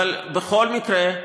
בכל מקרה,